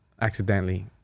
accidentally